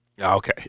Okay